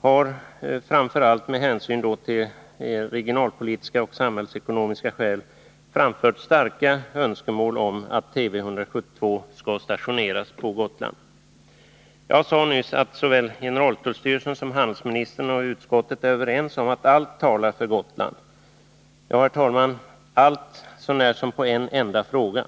har, framför allt med hänvisning till regionalpolitiska och samhällsekonomiska skäl, framfört starka önskemål om att Tv 172 skall stationeras på Gotland. Jag sade nyss att såväl generaltullstyrelsen som handelsministern och utskottet är överens om att allt talar för Gotland. Ja, herr talman, allt så när som på en enda fråga.